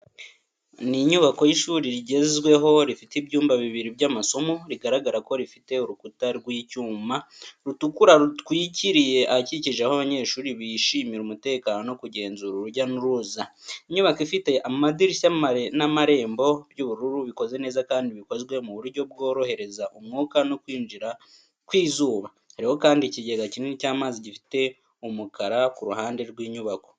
Ni inyubako y'ishuri rigezweho rifite ibyumba bibiri by'amasomo. Rigaragara ko rifite urukuta rw'icyuma rutukura rutwikiriye ahakikije aho abanyeshuri bishimira umutekano no kugenzura urujya n'uruza. Inyubako ifite amadirishya n'amarembo by'ubururu bikoze neza kandi bikozwe mu buryo bworohereza umwuka no kwinjira kw'izuba. Hariho kandi ikigega kinini cy'amazi gifite umukara ku ruhande rw'inyubako.